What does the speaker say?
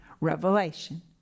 Revelation